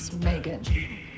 Megan